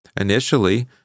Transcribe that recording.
Initially